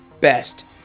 best